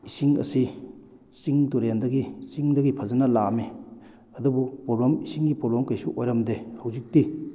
ꯏꯁꯤꯡ ꯑꯁꯤ ꯆꯤꯡ ꯇꯨꯔꯦꯜꯗꯒꯤ ꯆꯤꯡꯗꯒꯤ ꯐꯖꯅ ꯂꯥꯛꯑꯝꯃꯤ ꯑꯗꯨꯕꯨ ꯄ꯭ꯔꯣꯕ꯭ꯂꯦꯝ ꯏꯁꯤꯡꯒꯤ ꯄ꯭ꯔꯣꯕ꯭ꯂꯦꯝ ꯀꯩꯁꯨ ꯑꯣꯏꯔꯝꯗꯦ ꯍꯧꯖꯤꯛꯇꯤ